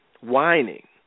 whining